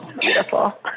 beautiful